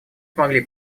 смогли